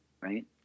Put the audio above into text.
Right